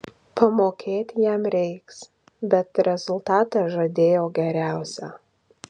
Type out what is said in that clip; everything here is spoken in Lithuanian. pamokėt jam reiks bet rezultatą žadėjo geriausią